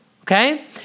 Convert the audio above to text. okay